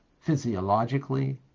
physiologically